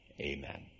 Amen